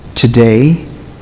today